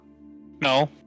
No